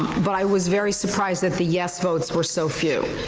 but i was very surprised that the yes votes were so few.